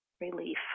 relief